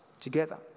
together